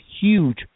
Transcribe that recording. huge